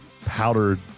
powdered